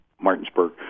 Martinsburg